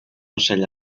ocell